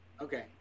Okay